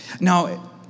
Now